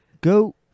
Go